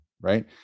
right